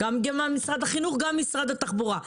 גם במשרד החינוך וגם במשרד התחבורה,